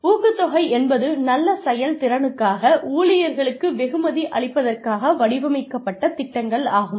ஊக்கத்தொகை என்பது நல்ல செயல்திறனுக்காக ஊழியர்களுக்கு வெகுமதி அளிப்பதற்காக வடிவமைக்கப்பட்ட திட்டங்கள் ஆகும்